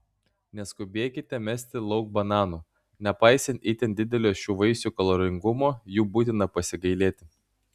neskubėkite mesti lauk bananų nepaisant itin didelio šių vaisių kaloringumo jų būtina pasigailėti